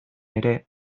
ere